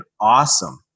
awesome